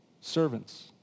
servants